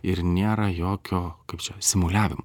ir nėra jokio kaip čia simuliavimo